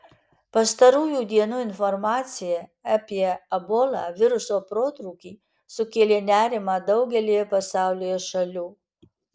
pastarųjų dienų informacija apie ebola viruso protrūkį sukėlė nerimą daugelyje pasaulyje šalių